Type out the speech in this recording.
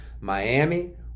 Miami